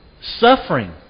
suffering